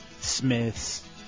Smiths